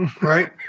Right